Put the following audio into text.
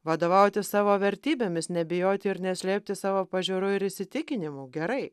vadovautis savo vertybėmis nebijoti ir neslėpti savo pažiūrų ir įsitikinimų gerai